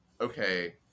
okay